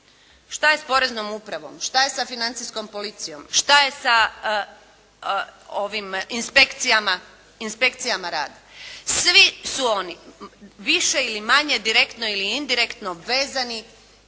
Šta je s Poreznom upravom? Šta je sa Financijskom policijom? Šta je sa inspekcijama rada? Svi su oni više ili manje, direktno ili indirektno vezani